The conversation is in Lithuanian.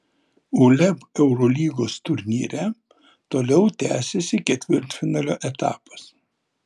uleb eurolygos turnyre toliau tęsiasi ketvirtfinalio etapas